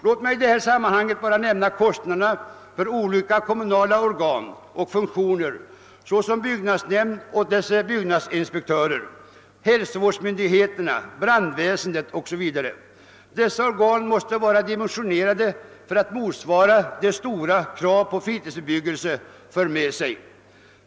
Låt mig i detta sammanhang bara nämna kostnaderna för olika kommunala organ och funktioner såsom byggnadsnämnd och dess byggnadsinspektörer, hälsovårdsmyndigheterna, brandväsendet o. s. v. Dessa organ måste vara dimensionerade för att motsvara de stora krav som fritidsbebyggelsen för med sig.